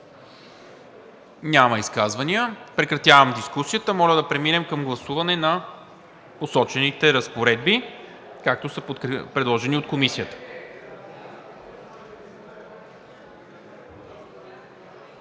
ли изказвания? Няма. Прекратявам дискусията. Моля да преминем към гласуване на посочените разпоредби, както са предложени от Комисията.